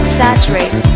saturate